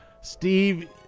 Steve